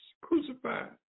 crucified